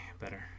better